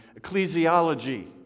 ecclesiology